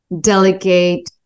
delegate